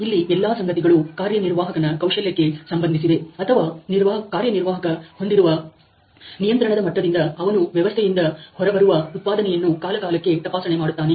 ಇಲ್ಲಿ ಎಲ್ಲಾ ಸಂಗತಿಗಳು ಕಾರ್ಯನಿರ್ವಾಹಕನ ಕೌಶಲ್ಯಕ್ಕೆ ಸಂಬಂಧಿಸಿದೆ ಅಥವಾ ಕಾರ್ಯನಿರ್ವಾಹಕ ಹೊಂದಿರುವ ನಿಯಂತ್ರಣದ ಮಟ್ಟದಿಂದ ಅವನು ವ್ಯವಸ್ಥೆಯಿಂದ ಹೊರಬರುವ ಉತ್ಪಾದನೆಯನ್ನು ಕಾಲಕಾಲಕ್ಕೆ ತಪಾಸಣೆ ಮಾಡುತ್ತಾನೆ